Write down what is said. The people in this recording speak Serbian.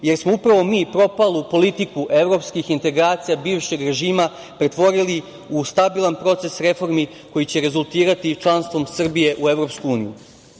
jer smo upravo mi propalu politiku evropskih integracija bivšeg režima pretvorili u stabilan proces reformi koji će rezultirati članstvom Srbije u EU.Napredak